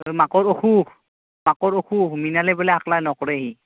তাৰ মাকৰ অসুখ মাকৰ অসুখ মৃনালে বোলে অকলে নক'ৰেই